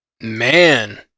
Man